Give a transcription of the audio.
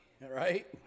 right